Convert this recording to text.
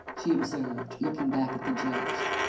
she observed, looking back at the judge.